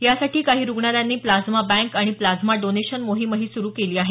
यासाठी काही रुग्णालयांनी प्लाझ्मा बँक आणि प्लाझ्मा डोनेशन मोहीमही सुरू केली आहे